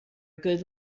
good